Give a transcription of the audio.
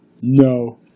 No